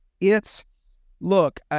it's—look